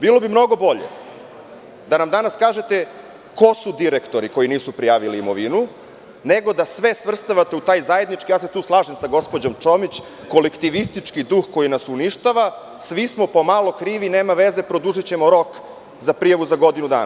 Bilo bi mnogo bolje da nam danas kažete ko su direktori koji nisu prijavili imovinu, nego da sve svrstavate u taj zajednički, tu se slažem sa gospođom Čomić, kolektivistički duh koji nas uništava – svi smo po malo krivi, nema veze, produžićemo rok za prijavu za godinu dana.